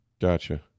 Gotcha